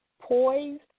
poised